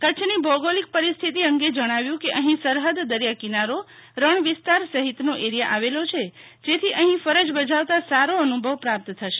કચ્છની ભૌગોલિક પરિસ્થિતિ અંગે જણાવ્યું કે અહીં સરહદ દરિયા કિનારો રણ વિસ્તાર સહિતનો એરિયા આવેલો છે જેથી અહીં ફરજ બજાવતા સારો અનુભવ પ્રાપ્ત થશે